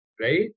right